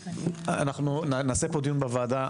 נעשה פה דיון בוועדה.